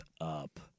up